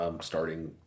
starting